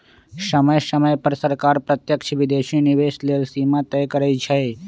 समय समय पर सरकार प्रत्यक्ष विदेशी निवेश लेल सीमा तय करइ छै